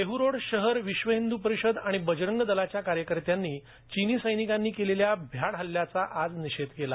देहरोड शहर विश्व हिंद् परिषद आणि बजरंग दलाच्या कार्यकर्त्यांनी चिनी सैनिकांनी केलेल्या भ्याड हल्ल्याचा आज निषेध केला